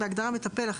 החולה בהגדרה "מטפל",